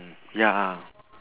ya